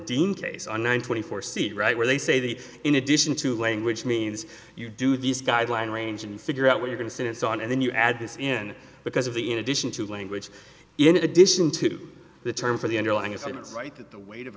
dean case on one twenty four seat right where they say that in addition to language means you do these guideline range and figure out what you can sin and so on and then you add this in because of the in addition to language in addition to the term for the underlying it's limits right the weight of